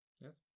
Yes